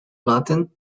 latin